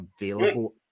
available